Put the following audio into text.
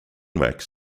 wax